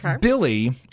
Billy